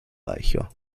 reicher